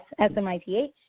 S-M-I-T-H